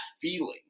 feeling